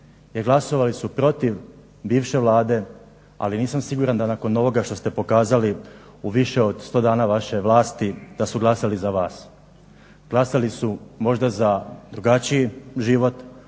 jer glasovali su protiv bivše Vlade, ali nisam siguran da nakon ovoga što ste pokazali u više od 100 dana vaše vlasti da su glasali za vas. Glasali su možda za drugačiji život,